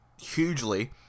hugely